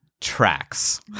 Tracks